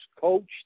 coached